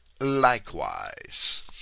likewise